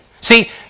See